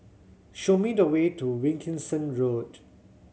show me the way to Wilkinson Road